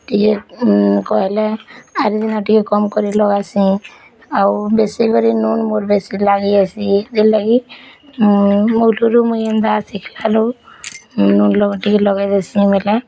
ଟିକେ କହିଲେ ଆରେ ଟିକେ କମ୍ କରି ଲଗାସି ଆଉ ବେଶୀ କରି ନୁନ୍ ବେଶୀ କରି ଲାଗି ଯାସି ସେଥି ଲାଗି ମୁଁ ମୋ ଠାରୁ ମୁଇ ଏନ୍ତା ଶିଖିଲାଲୁ ନୁନ୍ ଟିକେ ଲଗା ଦେସୁ ବୋଲେ